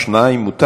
שניים מותר.